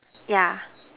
yeah